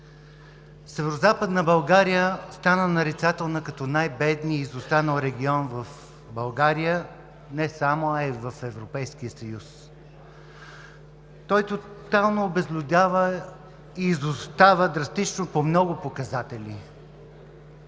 Северозападна България стана нарицателна като най-бедния и изостанал регион не само в България, а и в Европейския съюз. Той тотално обезлюдява и изостава драстично по много показатели.